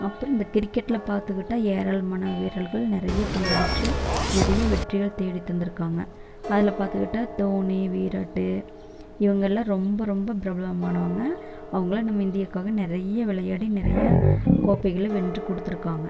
அப்புறம் இந்த கிரிக்கெட்ல பார்த்துக்கிட்டா ஏராளமான வீரர்கள் நிறைய பங்கு பெற்று நிறைய வெற்றிகள் தேடி தந்திருக்காங்க அதில் பார்த்துக்கிட்டா தோனி விராட்டு இவங்கெல்லாம் ரொம்ப ரொம்ப பிரபலமானவங்கள் அவங்களாம் நம்ம இந்தியாவுக்காக நிறைய விளையாடி நிறையா கோப்பைகளை வென்று கொடுத்துருக்காங்க